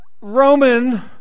Roman